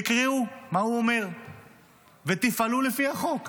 תקראו מה הוא אומר ותפעלו לפי החוק.